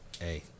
hey